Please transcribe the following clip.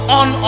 on